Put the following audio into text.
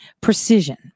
precision